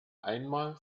einmal